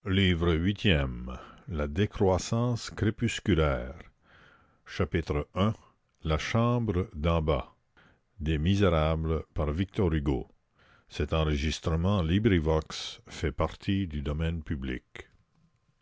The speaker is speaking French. huitième la décroissance crépusculaire chapitre i la chambre d'en bas